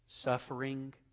suffering